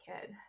kid